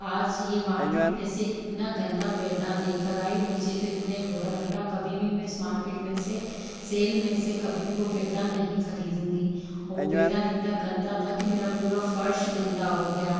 आज ये मार्केट में से इतना गंदा पैरदान लेकर आई मुझे तो इतने बुरा लग रहा कभी भी मैं इस मार्केट में से सेल में से कभी भी वो पैरदान नहीं खरीदूंगी वो पैरदान इतना गंदा था कि मेरा पूरा फर्श गंदा हो गया